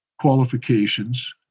qualifications